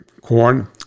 corn